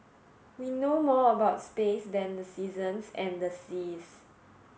we know more about space than the seasons and the seas